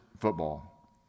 football